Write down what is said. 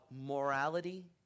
morality